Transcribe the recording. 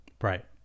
Right